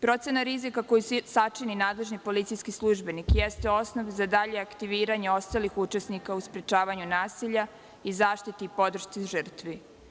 Procena rizika koju sačini nadležni policijski službenik jeste osnov za dalje aktiviranje ostalih učesnika u sprečavanju nasilja i zaštiti i podršci žrtvi.